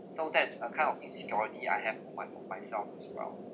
so that's a kind of insecurity I have on my own myself as well